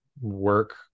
work